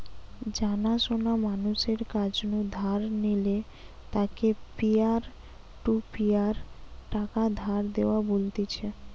জানা শোনা মানুষের কাছ নু ধার নিলে তাকে পিয়ার টু পিয়ার টাকা ধার দেওয়া বলতিছে